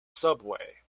subway